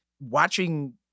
watching